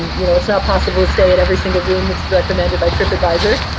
you know it's not possible to stay at every single room that's recommended by tripadvisor,